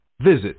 visit